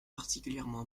particulièrement